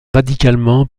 radicalement